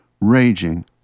raging